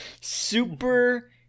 Super